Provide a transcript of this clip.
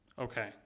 Okay